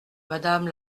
madame